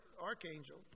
archangel